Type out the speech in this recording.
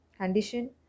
condition